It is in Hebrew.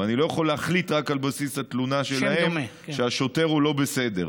אני לא יכול להחליט רק על בסיס התלונה שלהם שהשוטר לא בסדר.